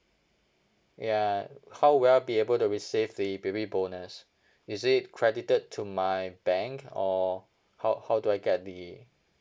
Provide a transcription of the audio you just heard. yeah how will I be able to receive the baby bonus is it credited to my bank or how how do I get the